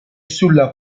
sulla